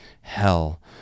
hell